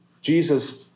Jesus